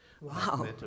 Wow